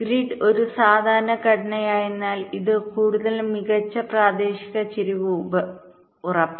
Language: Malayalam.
ഗ്രിഡ് ഒരു സാധാരണ ഘടനയായതിനാൽ ഇത് കൂടുതൽ മികച്ച പ്രാദേശിക ചരിവ് ഉറപ്പാക്കുന്നു